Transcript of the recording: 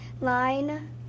line